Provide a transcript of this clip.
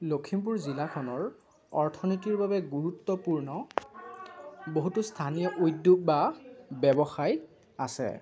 লখিমপুৰ জিলাখনৰ অৰ্থনীতিৰ বাবে গুৰুত্বপূৰ্ণ বহুতো স্থানীয় উদ্যোগ বা ব্যৱসায় আছে